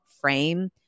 frame